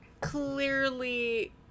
clearly